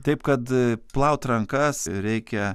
taip kad plaut rankas reikia